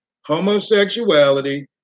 homosexuality